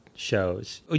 Shows